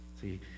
See